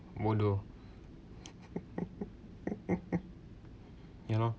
bodoh ya lor